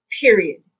period